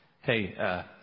Hey